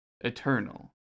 Eternal